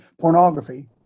pornography